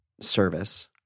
service